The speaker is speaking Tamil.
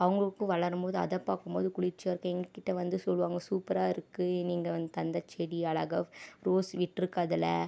அவங்களுக்கு வளரும்போது அத பார்க்கும் போது குளிர்ச்சியா இருக்கும் எங்ககிட்ட வந்து சொல்லுவாங்க சூப்பரா இருக்கு நீங்கள் வந்து தந்த செடி அழகாக ரோஸ் விட்டுருக்கு அதில்